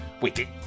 wait